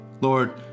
lord